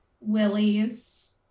Willie's